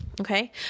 okay